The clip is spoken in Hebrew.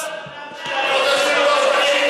זה מה שהוא לא רוצה.